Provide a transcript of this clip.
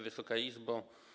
Wysoka Izbo!